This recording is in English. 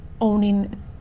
owning